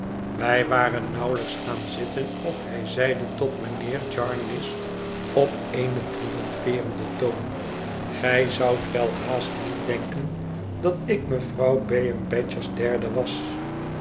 wij waren nauwelijks gaan zitten of hij zeide tot mijnheer jarndyce op een triomfeerenden toon gij zoudt welhaast niet denken dat ik mevrouw bayham badger's derde was